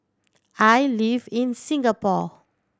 I live in Singapore